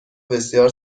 بسیار